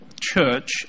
church